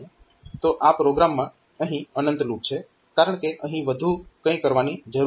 તો આ પ્રોગ્રામમાં અહીં અનંત લૂપ છે કારણકે અહીં વધુ કંઈ કરવાની જરૂર નથી